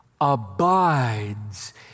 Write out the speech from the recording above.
abides